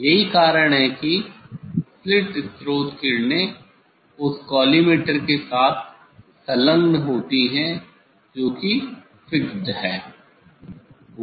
यही कारण है कि स्लिट स्रोत किरणें उस कॉलीमटोर के साथ सलंग्न होती हैं जो कि फिक्स्ड है